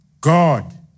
God